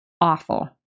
awful